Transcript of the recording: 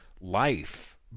life